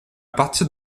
partir